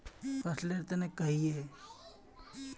फसल लेर तने कहिए?